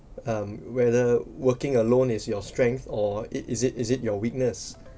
um whether working alone is your strength or it is it is it your weakness